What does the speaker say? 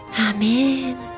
Amen